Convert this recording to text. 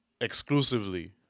Exclusively